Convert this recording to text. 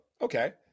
Okay